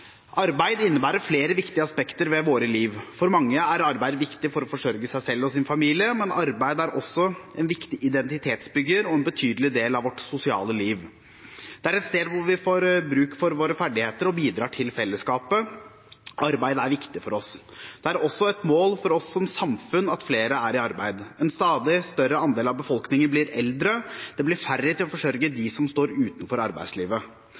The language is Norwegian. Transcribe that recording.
Arbeid innebærer flere viktige aspekter ved livet vårt. For mange er arbeid viktig for å forsørge seg selv og sin familie, men arbeid er også en viktig identitetsbygger og en betydelig del av vårt sosiale liv. Det er et sted hvor vi får bruk for våre ferdigheter og bidrar til fellesskapet. Arbeid er viktig for oss. Det er også et mål for samfunnet at flere er i arbeid. En stadig større andel av befolkningen blir eldre. Det blir færre til å forsørge dem som står utenfor arbeidslivet.